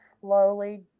slowly